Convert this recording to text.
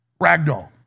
ragdoll